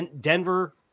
Denver